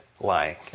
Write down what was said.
lying